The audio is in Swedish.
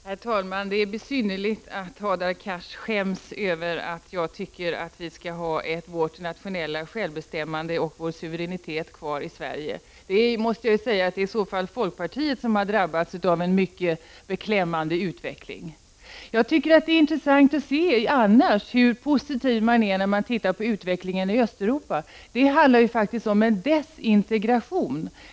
Herr talman! Det är besynnerligt att Hadar Cars skäms över att jag tycker att vi skall ha vårt nationella självbestämmande och vår suveränitet kvar i Sverige. Det är i så fall folkpartiet som har drabbats av en mycket beklämmande utveckling. Det är intressant att se hur positiv man är annars, när det gäller utvecklingen i Östeuropa. Det handlar om en desintegration.